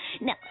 Now